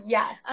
Yes